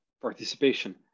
participation